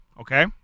okay